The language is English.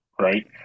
right